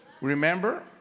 Remember